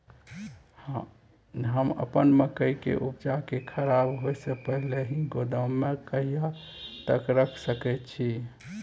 हम अपन मकई के उपजा के खराब होय से पहिले ही गोदाम में कहिया तक रख सके छी?